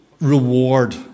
reward